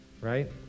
right